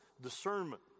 discernment